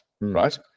right